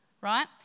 right